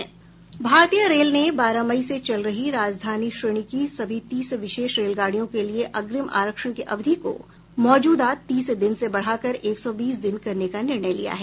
भारतीय रेल ने बारह मई से चल रही राजधानी श्रेणी की सभी तीस विशेष रेलगाड़ियों के लिए अग्रिम आरक्षण की अवधि को मौजूदा तीस दिन से बढ़ाकर एक सौ बीस दिन करने का निर्णय लिया है